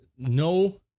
No